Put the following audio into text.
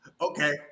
okay